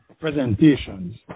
presentations